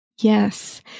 Yes